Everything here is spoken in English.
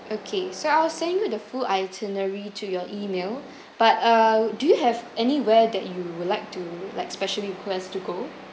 okay so I'll send you the full itinerary to your email but uh do you have anywhere that you would like to like specially request to go